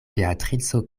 beatrico